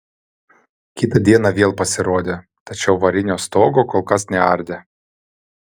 kitą dieną vėl pasirodė tačiau varinio stogo kol kas neardė